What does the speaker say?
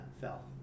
fell